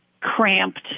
cramped